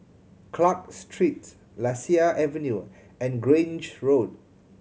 Clarke Street Lasia Avenue and Grange Road